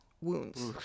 wounds